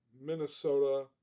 Minnesota